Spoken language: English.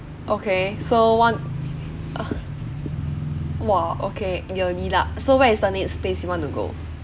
okay so one uh !wah! okay you'll be lah so where is the next space you want to go